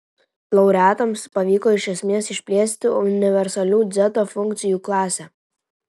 laureatams pavyko iš esmės išplėsti universalių dzeta funkcijų klasę